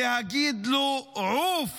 להגיד לו: עוף